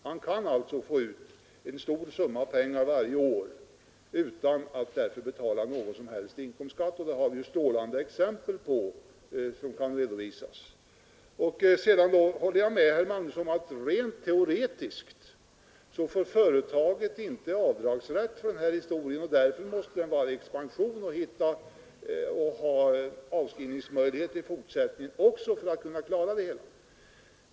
Han kan alltså få ut en stor summa pengar varje år utan att betala någon som helst inkomstskatt för den. Det har vi strålande exempel på. Jag håller med herr Magnusson om att rent teoretiskt får företaget inte avdragsrätt för den här historien, och därför måste det vara i expansion och ha avskrivningsmöjligheter också i fortsättningen för att kunna klara det hela.